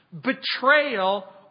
Betrayal